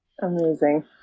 Amazing